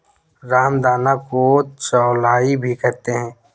रामदाना को चौलाई भी कहते हैं